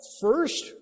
first